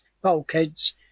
bulkheads